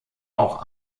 auch